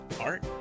art